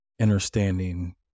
understanding